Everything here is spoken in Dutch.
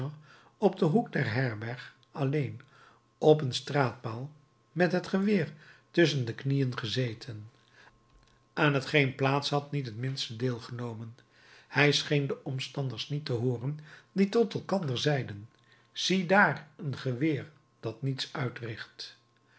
op den hoek der herberg alleen op een straatpaal met het geweer tusschen de knieën gezeten aan t geen plaats had niet het minste deelgenomen hij scheen de omstanders niet te hooren die tot elkander zeiden ziedaar een geweer dat niets uitricht